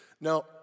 Now